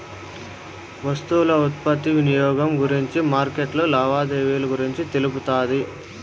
వస్తువుల ఉత్పత్తి వినియోగం గురించి మార్కెట్లో లావాదేవీలు గురించి తెలుపుతాది